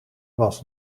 was